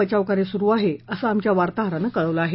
बचाव कार्य सुरू आहे असं आमच्या वार्ताहरानं कळवलं आहे